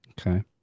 Okay